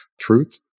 truth